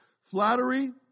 Flattery